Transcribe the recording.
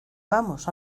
vamos